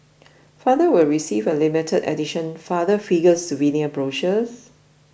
fathers will receive a limited edition Father Figures souvenir brochures